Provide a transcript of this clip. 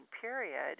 period